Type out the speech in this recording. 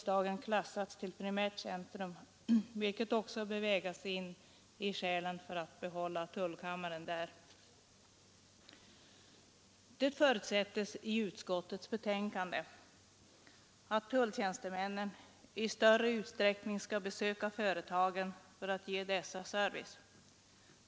Det förutsätts i utskottets betänkande att tulltjänstemännen i större utsträckning skall besöka företagen för att ge dessa service.